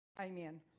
Amen